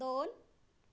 दोन